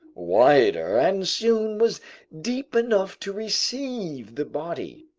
wider, and soon was deep enough to receive the body.